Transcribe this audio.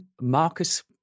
Marcus